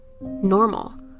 normal